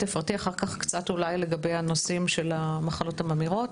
תפרטי אחר כך קצת אולי לגבי הנושאים של המחלות הממאירות.